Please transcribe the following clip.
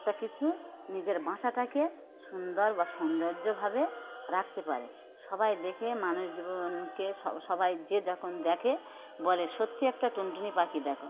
একটা কিছু নিজের বাসাটাকে সুন্দর বা সৌন্দর্যভাবে রাখতে পারে সবাই দেখে মানুষ জীবনকে সবাই যে যখন দেখে বলে সত্যি একটা টুনটুনি পাখি দেখো